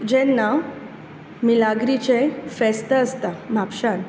जेन्ना मिलाग्रीचे फेस्त आसता म्हापशांत